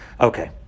Okay